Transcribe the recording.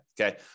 okay